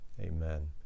Amen